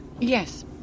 Yes